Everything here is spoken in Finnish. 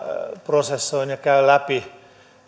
prosessoin ja käyn läpi